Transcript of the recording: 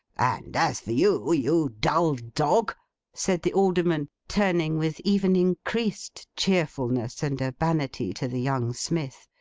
and as for you, you dull dog said the alderman, turning with even increased cheerfulness and urbanity to the young smith,